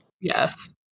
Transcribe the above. Yes